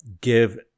give